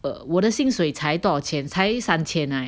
err 我的薪水才少钱才三千啊